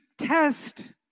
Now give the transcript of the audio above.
test